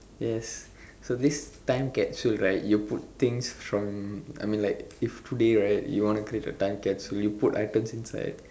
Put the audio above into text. yes so this time capsule right you put things from I mean like if today right you want to create a time capsule you put items inside